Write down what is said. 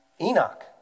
Enoch